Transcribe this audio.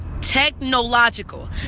technological